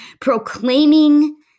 proclaiming